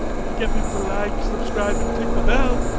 we could get people to like, subscribe and click the bell!